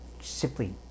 simply